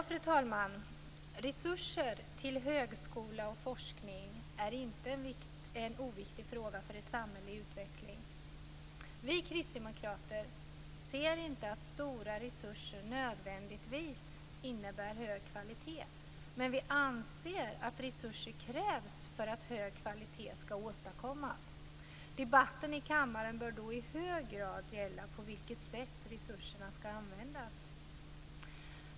Fru talman! Resurser till högskola och forskning är inte en oviktig fråga för ett samhälle i utveckling. Vi kristdemokrater anser inte att stora resurser nödvändigtvis innebär hög kvalitet. Men vi anser att resurser krävs för att hög kvalitet skall åstadkommas. Debatten i kammaren bör då i hög grad gälla på vilket sätt resurserna skall användas.